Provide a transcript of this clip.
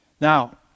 Now